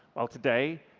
well, today,